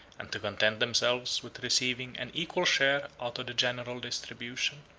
and to content themselves with receiving an equal share out of the general distribution.